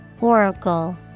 Oracle